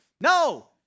No